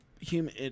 human